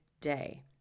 day